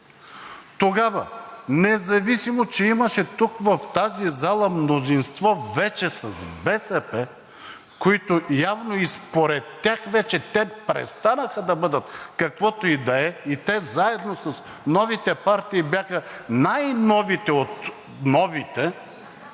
Тогава, независимо че имаше тук, в тази зала, мнозинство вече с БСП, които явно и според тях вече престанаха да бъдат каквото и да е, и те, заедно с новите партии, бяха най-новите от новите,